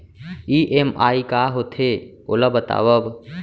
EMI का होथे, ओला बतावव